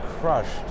crushed